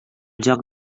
joc